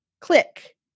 click